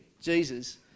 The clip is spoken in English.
Jesus